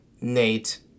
Nate